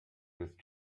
with